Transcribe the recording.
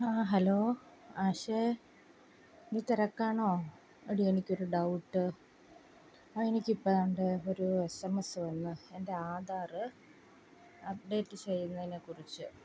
hello ആശേ നീ തിരക്കാണോ എടീ എനിക്കൊരു ഡൗട്ട് ആ എനിക്കിപ്പം ദാണ്ടെ ഒരു എസ് എം എസ് വന്നു എൻ്റെ ആധാർ അപ്ഡേറ്റ് ചെയ്യുന്നതിനെ കുറിച്ച്